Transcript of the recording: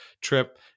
trip